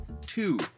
two